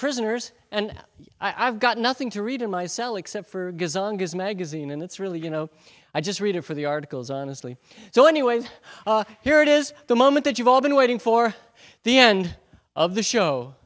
prisoners and i've got nothing to read in my cell except for his magazine and it's really you know i just read it for the articles honestly so anyway here it is the moment that you've all been waiting for the end of the show